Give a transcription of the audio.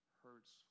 hurts